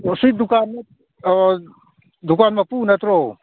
ꯑꯣ ꯁꯤ ꯗꯨꯀꯥꯟ ꯑꯣ ꯗꯨꯀꯥꯟ ꯃꯄꯨ ꯅꯠꯇ꯭ꯔꯣ